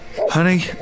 Honey